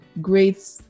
great